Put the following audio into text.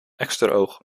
eksteroog